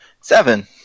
Seven